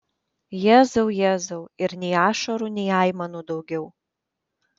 jėzau jėzau ir nei ašarų nei aimanų daugiau